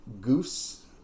goose